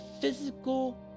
physical